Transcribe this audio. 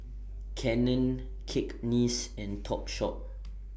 Canon Cakenis and Topshop